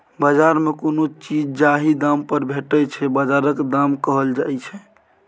बजार मे कोनो चीज जाहि दाम पर भेटै छै बजारक दाम कहल जाइ छै